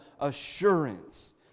assurance